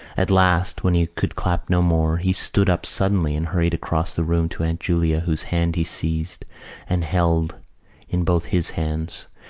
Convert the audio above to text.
at last, when he could clap no more, he stood up suddenly and hurried across the room to aunt julia whose hand he seized and held in both his hands,